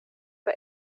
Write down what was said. war